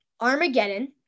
Armageddon